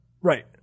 Right